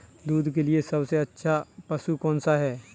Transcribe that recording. दूध के लिए सबसे अच्छा पशु कौनसा है?